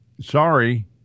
sorry